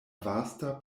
vasta